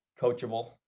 coachable